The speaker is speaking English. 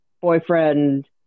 boyfriend